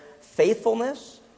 faithfulness